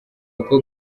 uko